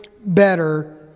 better